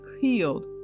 healed